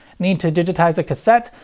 need to digitize a cassette?